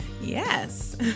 yes